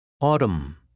Autumn